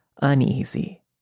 uneasy